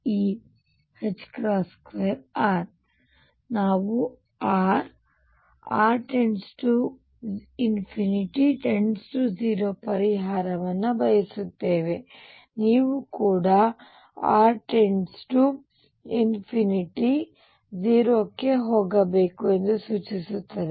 ಈಗ ನಾವು Rr→∞→0 ಪರಿಹಾರವನ್ನು ಬಯಸುತ್ತೇವೆ ಅಂದರೆ ನೀವು ಕೂಡ r →∞ 0 ಗೆ ಹೋಗಬೇಕು ಎಂದು ಸೂಚಿಸುತ್ತದೆ